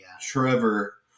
Trevor